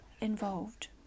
involved